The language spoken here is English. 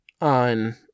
on